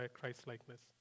Christ-likeness